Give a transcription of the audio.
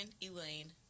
Elaine